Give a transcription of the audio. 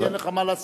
אז אין לך מה לעשות.